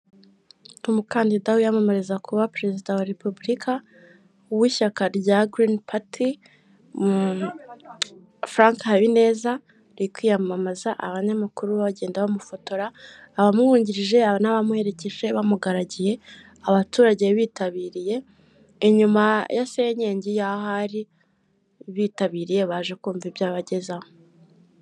Umukandida wiyamamariza kuba perezida wa repubulika w'ishyaka rya green gurini pate Frank Habineza ari kwiyamamaza abanyamakuru bagenda bamufotora abamwungirije n'abamuherekeje bamugaragiye abaturage bitabiriye inyuma ya senyegi yaho ari bitabiriye baje kumva ibyo abagezaho.